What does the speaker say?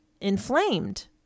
inflamed